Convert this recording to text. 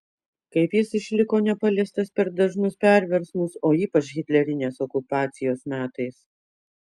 kaip jis išliko nepaliestas per dažnus perversmus o ypač hitlerinės okupacijos metais